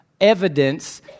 evidence